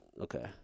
Okay